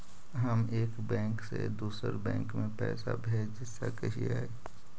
हम एक बैंक से दुसर बैंक में पैसा भेज सक हिय?